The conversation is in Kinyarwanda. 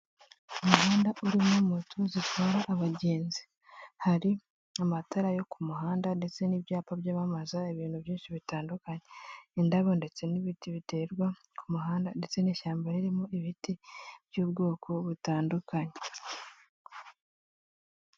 Umuhanda uririmo moto zitwara abagenzi; hari amatara yo ku muhanda ndetse n'ibyapa byamamaza ibintu byinshi bitandukanye; indabo ndetse n'ibiti biterwa ku muhanda ndetse n'ishyamba ririmo ibiti by'ubwoko butandukanye.